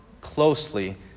closely